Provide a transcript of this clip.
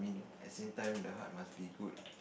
at same time the heart must be good